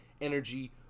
energy